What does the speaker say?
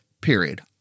Period